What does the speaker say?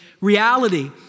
reality